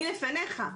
נורא.